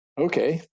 okay